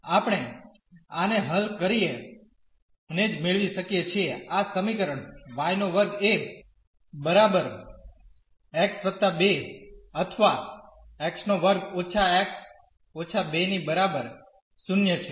તેથી આપણે આને હલ કરીને જ મેળવી શકીએ છીએ આ સમીકરણ x2 એ બરાબર x 2 અથવા x2 − x − 2 ની બરાબર 0 છે